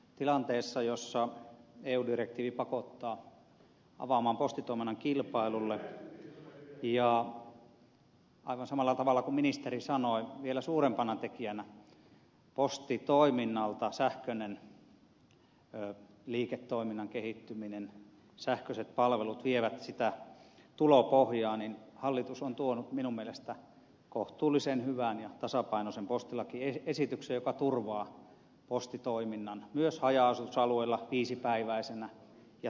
tilanteessa jossa eu direktiivi pakottaa avaamaan postitoiminnan kilpailulle ja aivan niin kuin ministeri sanoi vielä suurempana tekijänä postitoiminnalta sähköinen liiketoiminnan kehittyminen sähköiset palvelut vievät sitä tulopohjaa hallitus on tuonut minun mielestäni kohtuullisen hyvän ja tasapainoisen postilakiesityksen joka turvaa postitoiminnan myös haja asutusalueilla viisipäiväisenä ja tasahintajärjestelmänä